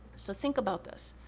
so, think about this.